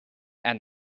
and